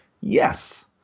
Yes